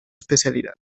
especialidad